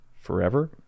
forever